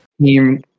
Team